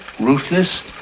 ruthless